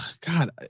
God